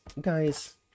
Guys